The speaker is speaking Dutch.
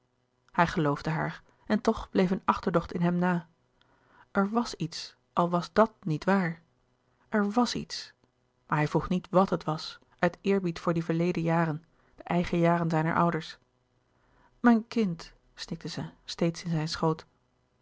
hij geloofde haar en toch bleef een achterdocht in hem na er was iets al was dàt niet waar er was iets maar hij vroeg niet wàt het was uit eerbied voor die verleden jaren de eigen jaren zijner ouders mijn kind snikte zij steeds in zijn schoot